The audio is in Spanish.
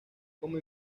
como